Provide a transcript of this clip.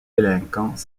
délinquants